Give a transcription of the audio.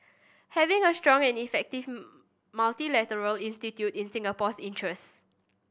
having a strong and effective multilateral institute in Singapore's interest